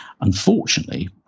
Unfortunately